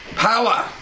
Power